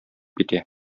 китә